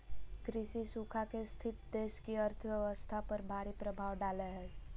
कृषि सूखा के स्थिति देश की अर्थव्यवस्था पर भारी प्रभाव डालेय हइ